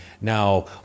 now